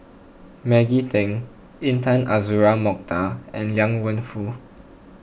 Maggie Teng Intan Azura Mokhtar and Liang Wenfu